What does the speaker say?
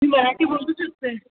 मी मराठी बोलू शकते